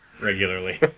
regularly